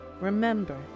Remember